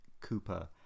Cooper